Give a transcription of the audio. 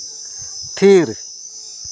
ᱛᱷᱤᱨ